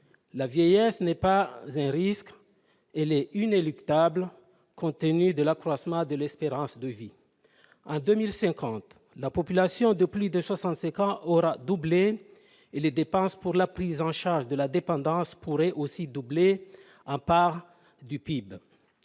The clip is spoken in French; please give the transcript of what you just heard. La vieillesse n'est pas un risque, elle est inéluctable, compte tenu de l'accroissement de l'espérance de vie. En 2050, la population de plus de 65 ans aura doublé et les dépenses pour la prise en charge de la dépendance pourraient aussi doubler en part de PIB.